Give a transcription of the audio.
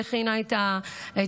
שהכינה את החוק,